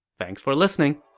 thanks for listening!